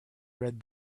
read